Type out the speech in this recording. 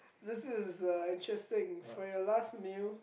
this is interesting for your last meal